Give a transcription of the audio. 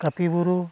ᱠᱟᱹᱯᱤ ᱵᱩᱨᱩ